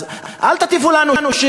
אז אל תטיפו לנו,